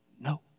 no